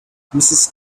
mrs